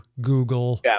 Google